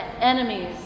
enemies